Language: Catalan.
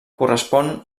correspon